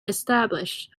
established